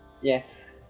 yes